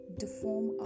deform